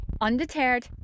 Undeterred